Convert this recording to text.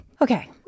Okay